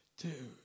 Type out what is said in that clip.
Two